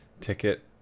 ticket